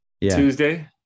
Tuesday